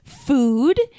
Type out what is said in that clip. Food